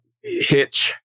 Hitch